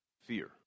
Fear